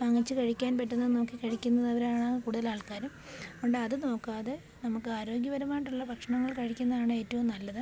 വാങ്ങിച്ചു കഴിക്കാൻ പെട്ടെന്ന് നോക്കിക്കഴിക്കുന്നവരാണ് കൂടുതലാൾക്കാരും അതുകൊണ്ട് അത് നോക്കാതെ നമുക്ക് ആരോഗ്യപരമായിട്ടുള്ള ഭക്ഷണങ്ങൾ കഴിക്കുന്നാണ് ഏറ്റവും നല്ലത്